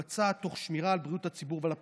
מתבצעת תוך שמירה על בריאות הציבור ועל פרטיותו.